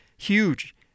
Huge